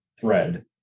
thread